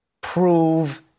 Prove